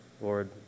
Lord